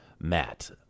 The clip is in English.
Matt